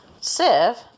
sieve